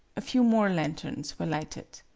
a few more lanterns were lighted.